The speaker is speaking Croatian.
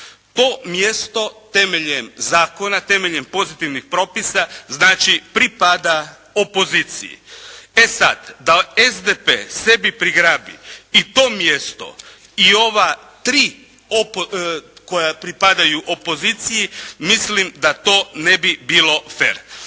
To mjesto temeljem zakona, temeljem pozitivnih propisa znači pripada opoziciji. E sada da SDP sebi prigrabi i to mjesto i ova tri koja pripadaju opoziciji, mislim da to ne bi bilo fer.